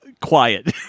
quiet